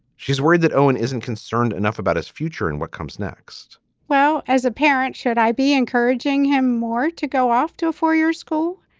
she's worried that owen isn't concerned enough about his future and what comes next well, as a parent, should i be encouraging him more to go off to a four-year school?